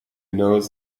knows